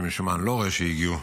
שמשום מה אני לא רואה שהגיעו,